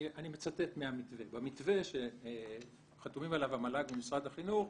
אני מצטט מהמתווה שחתומים עליו המל"ג ומשרד החינוך.